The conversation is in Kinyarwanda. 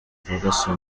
ferguson